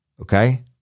Okay